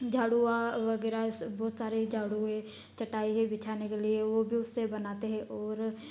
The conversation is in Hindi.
झाड़ू वगैरह बहुत सारे झाडू हैं चटाई है बिछाने के लिए वो भी उससे बनाते हैं और